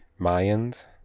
Mayans